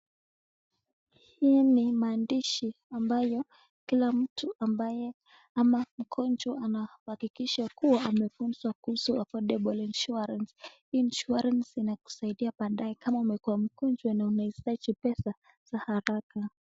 Hii ni maandishi ambayo kila mtu ambaye ama mgojwa anahakikisha kuwa amefunzwa kuhusu affordable insurance. Insurance inakusaidia baadaye kama umekuwa mgonjwa na unahitaji pesa za haraka.